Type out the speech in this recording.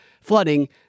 flooding